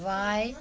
Y